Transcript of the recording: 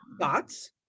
Thoughts